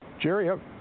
Jerry